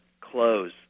close